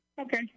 Okay